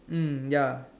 mm ya